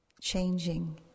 changing